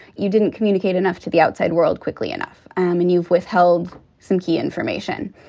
you didn't communicate enough to the outside world quickly enough and you've withheld some key information.